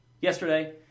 yesterday